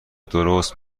درست